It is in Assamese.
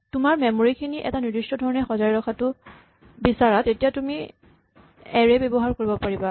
তোমাৰ মেমৰী খিনি এটা নিৰ্দিষ্ট ধৰণে সজাই ৰখাটো বিচাৰা তেতিয়া তুমি এৰে ব্যৱহাৰ কৰিব পাৰিবা